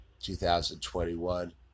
2021